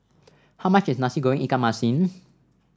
how much is Nasi Goreng Ikan Masin